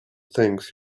things